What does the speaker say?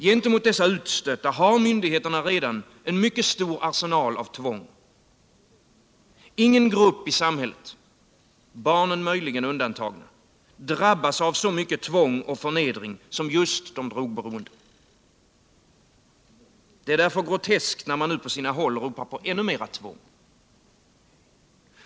Gentemot dessa utstötta har myndigheterna redan en mycket stor arsenal av tvång. Ingen grupp i samhället, barnen möjligen undantagna, drabbas av så mycket tvång och förnedring som just de drogberoende. Det är därför groteskt att man nu på sina håll ropar på ännu mera tvång.